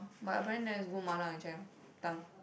but apparently there's good MaLa in Chinatown